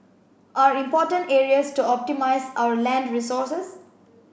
are important areas to optimise our land resources